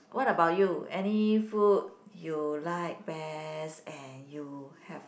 what about you any food you like best and you have